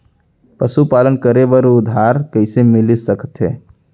पशुपालन करे बर उधार कइसे मिलिस सकथे?